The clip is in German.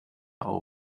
auf